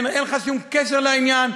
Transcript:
אין לך שום קשר לעניין,